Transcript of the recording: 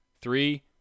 Three